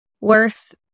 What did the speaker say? worth